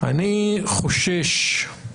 אני חושש,